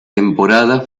temporada